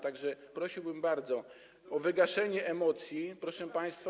Tak że prosiłbym bardzo o wygaszenie emocji, proszę państwa.